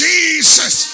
Jesus